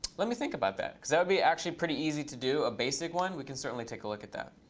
let me think about that. because that would be actually pretty easy to do, a basic one. we can certainly take a look at that.